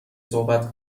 صحبت